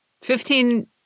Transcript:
Fifteen